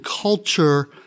culture